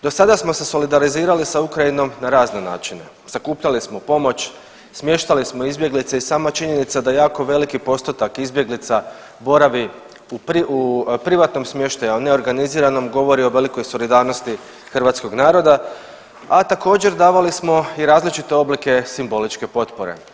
Do sada smo se solidarizirali s Ukrajinom na razne načine, sakupljali smo pomoć, smještali smo izbjeglice i sama činjenica da jako veliki postotak izbjeglica boravi u privatnom smještaju, a ne organiziranom govori o velikoj solidarnosti hrvatskog naroda, a također davali smo i različite oblike simboličke potpore.